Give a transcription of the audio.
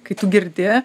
kai tu girdi